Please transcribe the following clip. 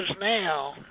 now